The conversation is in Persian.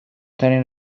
ترین